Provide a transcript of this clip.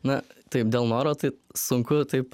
na taip dėl noro tai sunku taip